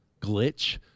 glitch